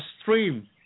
stream